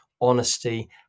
honesty